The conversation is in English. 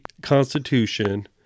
constitution